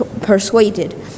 persuaded